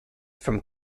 from